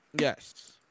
Yes